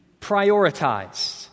prioritized